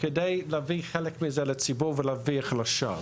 כדי להביא חלק מזה לציבור ולהרוויח לו שם,